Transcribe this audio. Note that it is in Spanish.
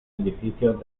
edificios